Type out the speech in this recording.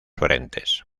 frentes